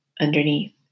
underneath